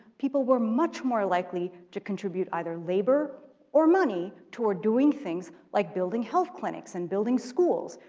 people were much more likely to contribute either labor or money toward doing things like building health clinics and building schools,